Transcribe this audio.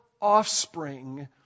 offspring